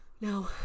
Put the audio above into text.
no